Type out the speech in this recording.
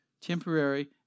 temporary